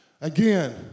Again